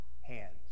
hands